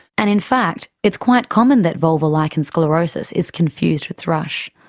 and in fact, it's quite common that vulvar lichen sclerosus is confused with thrush.